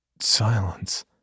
silence